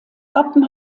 wappen